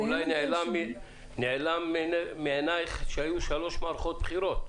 אולי נעלם מעינייך שהיו שלוש מערכות בחירות.